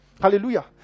Hallelujah